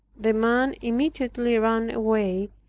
the man immediately ran away,